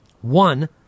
One